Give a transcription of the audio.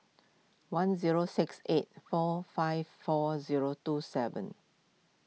one zero six eight four five four zero two seven